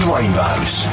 Rainbows